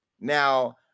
Now